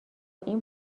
این